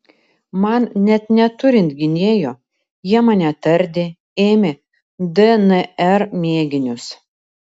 man net neturint gynėjo jie mane tardė ėmė dnr mėginius